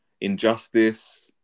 injustice